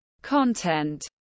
content